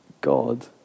God